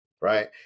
right